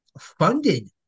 funded